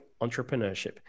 Entrepreneurship